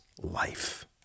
life